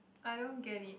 I don't get it